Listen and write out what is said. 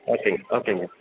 ஓகேங்க ஓகேங்க